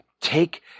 take